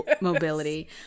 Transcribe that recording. mobility